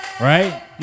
Right